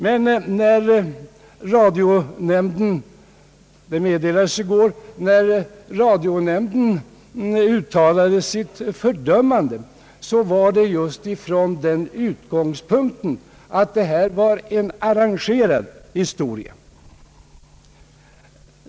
Men när radionämnden — det meddelades i går — uttalade sitt fördömande var det just med utgångspunkt i att detta var en arrangerad händelse.